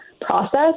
process